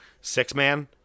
six-man